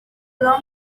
long